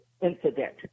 incident